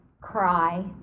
cry